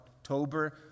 October